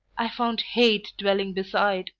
i found hate dwelling beside